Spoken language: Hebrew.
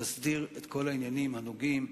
תסדיר את כל העניינים הנוגעים,